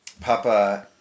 Papa